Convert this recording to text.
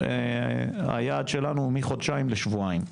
היעד שלנו הוא מחודשים לשבועיים.